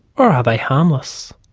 are ah they harmless?